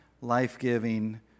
life-giving